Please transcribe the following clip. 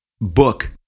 book